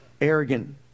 Arrogant